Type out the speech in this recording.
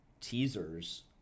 teasers